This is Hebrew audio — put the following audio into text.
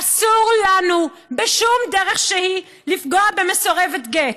אסור לנו בשום דרך שהיא לפגוע במסורבת גט.